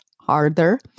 harder